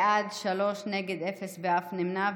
בעד, שלושה, נגד, אפס, ואין אף נמנע.